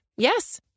Yes